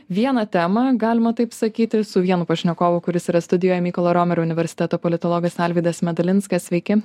vieną temą galima taip sakyti su vienu pašnekovu kuris yra studijoj mykolo romerio universiteto politologas alvydas medalinskas sveiki